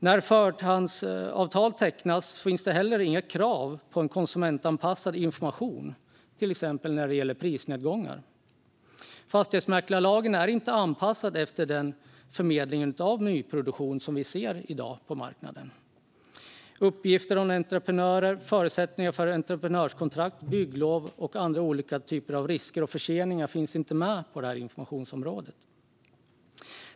När förhandsavtal tecknas finns det inte heller några krav på en konsumentanpassad information, till exempel när det gäller prisnedgångar. Fastighetsmäklarlagen är inte anpassad efter den förmedling av nyproduktion som vi ser i dag på marknaden. Uppgifter om entreprenörer, förutsättningar för entreprenadkontrakt, bygglov och olika typer av risker och förseningar finns inte med på informationsområdet.